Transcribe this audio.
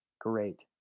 great